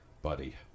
buddy